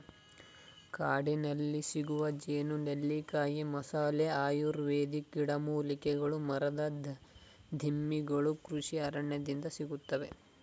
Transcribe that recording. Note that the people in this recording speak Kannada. ಕಾಡಿನಲ್ಲಿಸಿಗುವ ಜೇನು, ನೆಲ್ಲಿಕಾಯಿ, ಮಸಾಲೆ, ಆಯುರ್ವೇದಿಕ್ ಗಿಡಮೂಲಿಕೆಗಳು ಮರದ ದಿಮ್ಮಿಗಳು ಕೃಷಿ ಅರಣ್ಯದಿಂದ ಸಿಗುತ್ತದೆ